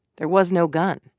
there was no gun,